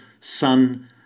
sun